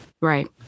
Right